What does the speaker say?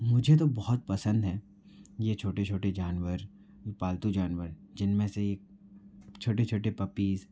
मुझे तो बहुत पसंद हैं ये छोटे छोटे जानवर पालतू जानवर जिनमें से छोटे छोटे पप्पीज़